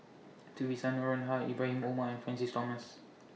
Theresa Noronha Ibrahim Omar and Francis Thomas